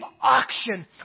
auction